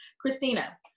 Christina